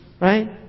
right